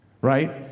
Right